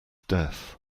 death